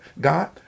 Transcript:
God